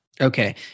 Okay